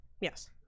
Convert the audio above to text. yes